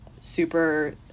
super